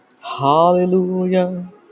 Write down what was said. Hallelujah